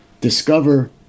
discover